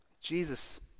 Jesus